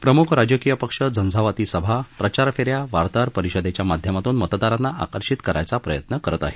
प्रमुख राजकीय पक्ष झंझावाती सभा प्रचारफेऱ्या वार्ताहर परिषदेच्या माध्यमातून मतदारांना आकर्षित करायचा प्रयत्न करत आहेत